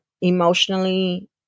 emotionally